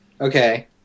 Okay